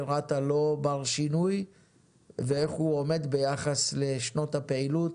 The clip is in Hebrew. רת"א לא בר שינוי ואיך הוא עומד ביחס לשנות הפעילות,